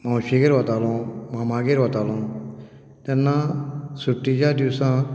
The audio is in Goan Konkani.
मावशेगेर वतालो मामागेर वतालो तेन्ना सुट्टिच्या दिसांनी